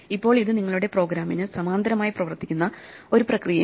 ഇപ്പോൾ ഇത് നിങ്ങളുടെ പ്രോഗ്രാമിന് സമാന്തരമായി പ്രവർത്തിക്കുന്ന ഒരു പ്രക്രിയയാണ്